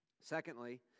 Secondly